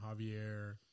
Javier